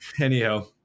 anyhow